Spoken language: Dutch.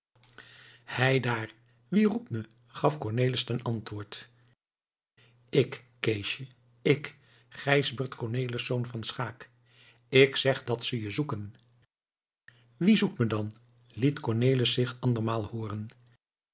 heidaar wie roept me gaf cornelis ten antwoord ik keesje ik gijsbert cornelisz van schaeck ik zeg dat ze je zoeken wie zoekt me dan liet cornelis zich andermaal hooren